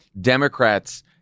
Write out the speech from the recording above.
Democrats